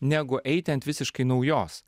negu eiti ant visiškai naujos